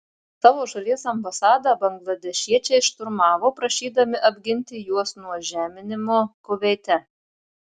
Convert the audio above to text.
savo šalies ambasadą bangladešiečiai šturmavo prašydami apginti juos nuo žeminimo kuveite